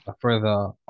further